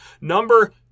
Number